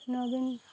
ନବୀନ